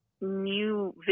new